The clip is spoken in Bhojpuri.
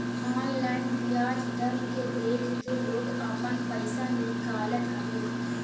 ऑनलाइन बियाज दर के देख के लोग आपन पईसा निकालत हवे